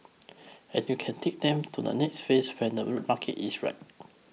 and you can take them to the next phase when the market is right